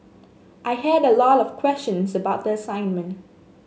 I had a lot of questions about the assignment